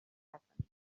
happened